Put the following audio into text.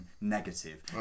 negative